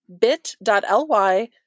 bit.ly